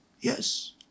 Yes